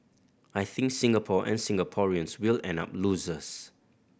I think Singapore and Singaporeans will end up losers